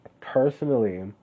personally